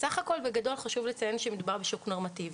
אז סך הכול בגדול חשוב לציין שמדובר בשוק נורמטיבי.